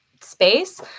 space